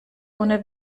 ohne